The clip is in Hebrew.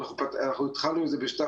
אנחנו התחלנו עם זה בתש"פ.